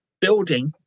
building